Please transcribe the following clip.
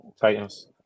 Titans